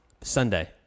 Sunday